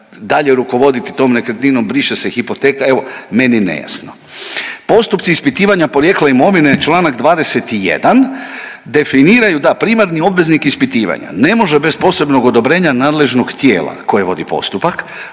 dalje rukovoditi tom nekretninom, briše se hipoteka, evo meni nejasno. Postupci ispitivanja porijekla imovine članak 21. definiraju da primarni obveznik ispitivanja ne može bez posebnog odobrenja nadležnog tijela koje vodi postupak